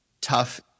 tough